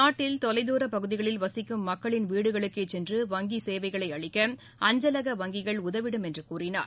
நாட்டில் தொலைதூர பகுதிகளில் வசிக்கும் மக்களின் வீடுகளுக்கே சென்று வங்கி சேவைகளை அளிக்க அஞ்சலக வங்கிகள் உதவிடும் என்று கூறினார்